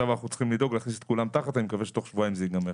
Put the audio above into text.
אני מקווה שתוך שבועיים זה ייגמר.